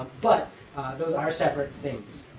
but those are separate things.